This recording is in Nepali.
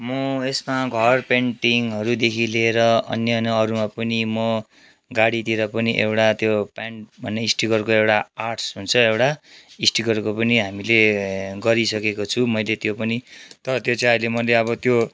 म यसमा घर पेन्टिङहरूदेखि लिएर अन्य अन्य अरूमा पनि म गाडीतिर पनि एउटा त्यो पेन्ट भन्ने स्टिकरको एउटा आर्ट्स हुन्छ एउटा स्टिकरको पनि हामीले गरिसकेको छु मैले त्यो पनि तर त्यो चाहिँ अहिले मैले अब त्यो